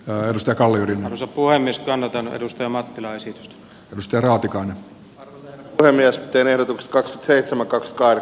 rodusta kallion sopua ennestään naton edustaja mattila esitti mysteriotikan puhemies penev kaksi seitsemän kaksi kai